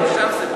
משם זה בא.